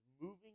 moving